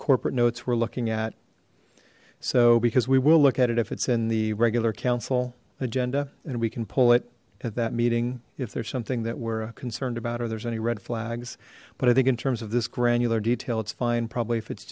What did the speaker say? corporate notes were looking at so because we will look at it if it's in the regular council agenda and we can pull it at that meeting if there's something that we're concerned about or there's any red flags but i think in terms of this granular detail it's fine probably if it's